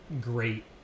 Great